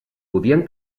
podien